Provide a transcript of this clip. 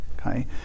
okay